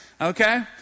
okay